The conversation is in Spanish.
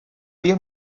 diez